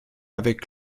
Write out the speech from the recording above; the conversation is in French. avec